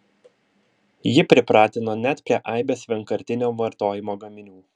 ji pripratino net prie aibės vienkartinio vartojimo gaminių